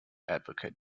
advocate